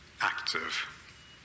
active